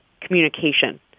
communication